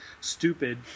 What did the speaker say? stupid